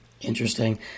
Interesting